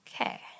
Okay